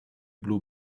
blue